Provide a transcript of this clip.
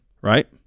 right